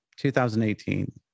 2018